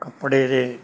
ਕੱਪੜੇ ਦੇ